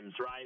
right